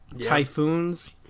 Typhoons